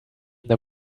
them